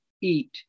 eat